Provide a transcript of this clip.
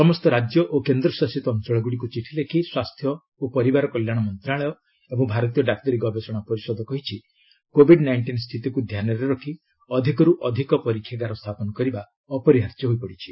ସମସ୍ତ ରାଜ୍ୟ ଓ କେନ୍ଦ୍ରଶାସିତ ଅଞ୍ଚଳଗୁଡ଼ିକୁ ଚିଠି ଲେଖି ସ୍ୱାସ୍ଥ୍ୟ ପରିବାର କଲ୍ୟାଣ ମନ୍ତ୍ରଣାଳୟ ଏବଂ ଭାରତୀୟ ଡାକ୍ତରୀ ଗବେଷଣା ପରିଷଦ କହିଛି କୋଭିଡ୍ ନାଇଷ୍ଟିନ୍ ସ୍ଥିତିକୁ ଧ୍ୟାନରେ ରଖି ଅଧିକରୁ ଅଧିକ ପରୀକ୍ଷାଗାର ସ୍ଥାପନ କରିବା ଅପରିହାର୍ଯ୍ୟ ହୋଇପଡ଼ିଛି